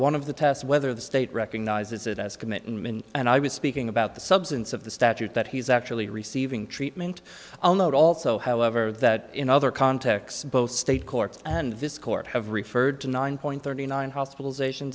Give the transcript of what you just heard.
one of the test whether the state recognizes it as a commitment and i was speaking about the substance of the statute that he's actually receiving treatment i'll note also however that in other contexts both state courts and this court have referred to nine point thirty nine hospitalization